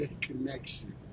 connection